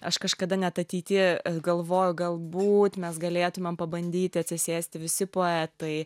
aš kažkada net ateity galvoju galbūt mes galėtumėm pabandyti atsisėsti visi poetai